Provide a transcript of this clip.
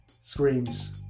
screams